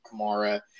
Kamara